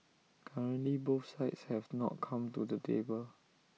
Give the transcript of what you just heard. currently both sides have not come to the table